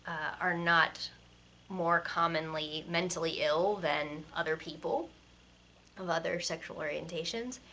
are not more commonly mentally ill than other people of other sexual orientations.